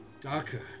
darker